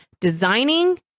Designing